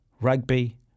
rugby